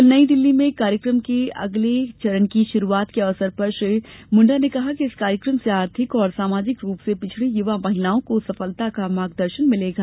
कल नई दिल्ली में कार्यक्रम के अगले चरण की शुरूआत के अवसर पर श्री मुंडा ने कहा कि इस कार्यक्रम से आर्थिक और सामाजिक रूप से पिछड़ी युवा महिलाओं को सफलता का मार्गदर्शन मिलेगा